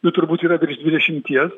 jų turbūt yra dvidešimties